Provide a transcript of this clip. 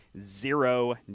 zero